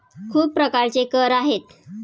खूप प्रकारचे कर आहेत